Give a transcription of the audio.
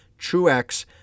Truex